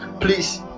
Please